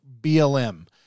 BLM